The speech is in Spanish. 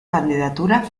candidatura